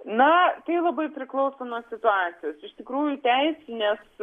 na tai labai priklauso nuo situacijos iš tikrųjų teisinės